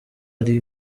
ari